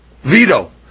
Veto